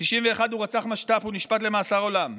ב-1991 הוא רצח משת"פ, הוא נשפט למאסר עולם.